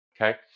okay